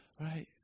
right